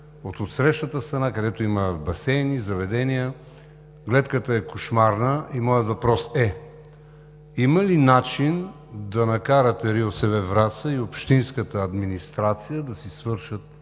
на отсрещната страна, където има басейни, заведения. Гледката е кошмарна! Моят въпрос е: има ли начин да накарате РИОСВ – Враца, и общинската администрация да си свършат